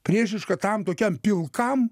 priešiška tam tokiam pilkam